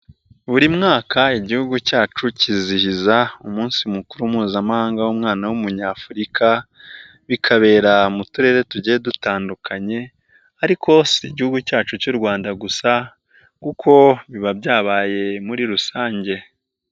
Buri mwaka igihugu cyacu kizihiza umunsi mukuru mpuzamahanga w'umwana w'umunyafurika, bikabera mu turere tugiye dutandukanye ariko si igihugu cyacu cy'u Rwanda gusa kuko biba byabaye muri rusange.